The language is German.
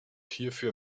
hierfür